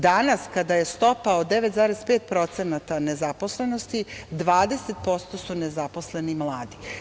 Danas kada je stopa od 9,5% nezaposlenosti, 20% su nezaposleni mladi.